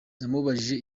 namubajije